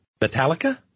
Metallica